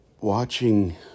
Watching